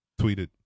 tweeted